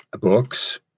books